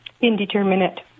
indeterminate